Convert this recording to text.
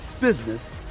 business